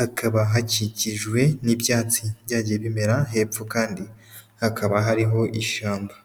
Hakaba hakikijwe n'ibyatsi byagiye bimera hepfo kandi hakaba hariho ishyamba.